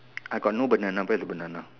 I got no banana where the banana